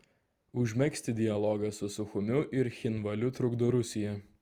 užmegzti dialogą su suchumiu ir cchinvaliu trukdo rusija